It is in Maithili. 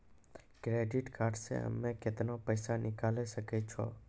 क्रेडिट कार्ड से हम्मे केतना पैसा निकाले सकै छौ?